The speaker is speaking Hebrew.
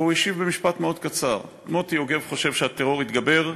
והוא השיב במשפט מאוד קצר: מוטי יוגב חושב שהטרור יתגבר,